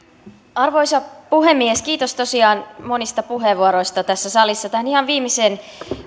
arvoisa puhemies kiitos tosiaan monista puheenvuoroista tässä salissa tähän ihan viimeiseen